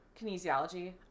kinesiology